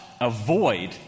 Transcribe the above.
avoid